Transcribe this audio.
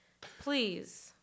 please